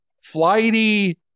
flighty